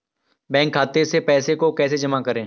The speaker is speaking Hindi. बैंक खाते से पैसे को कैसे जमा करें?